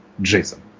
Jason